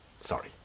sorry